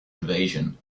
invasion